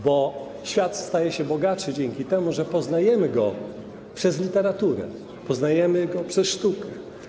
Bo świat stał się bogatszy dzięki temu, że poznajemy go przez literaturę, poznajemy go przez sztukę.